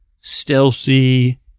stealthy